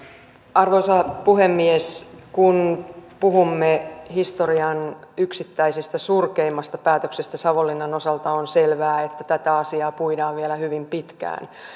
arvoisa puhemies kun puhumme historian yksittäisestä surkeimmasta päätöksestä savonlinnan osalta on selvää että tätä asiaa puidaan vielä hyvin pitkään